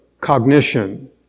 cognition